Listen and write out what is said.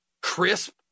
crisp